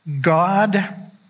God